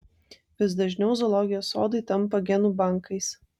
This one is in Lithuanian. vis dažniau zoologijos sodai tampa genų bankais